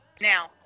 Now